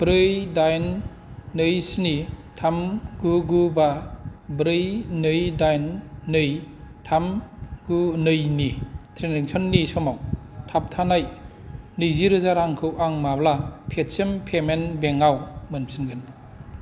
ब्रै दाइन नै स्नि थाम गु गु बा ब्रै नै दाइन नै थाम गु नैनि ट्रेन्जेकसननि समाव थाबथानाय नैजि' रोजा रांखौ आं माब्ला पेटिएम पेमेन्टस बेंकआव मोनफिनगोन